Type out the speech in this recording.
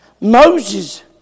Moses